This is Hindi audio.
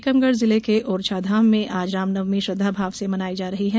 टीकमगढ जिले के ओरछा धाम में आज रामनवमी श्रद्धाभाव से मनाया जा रहा है